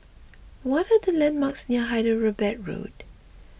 what are the landmarks near Hyderabad Road